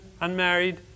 unmarried